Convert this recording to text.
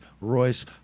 Royce